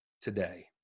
today